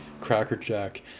crackerjack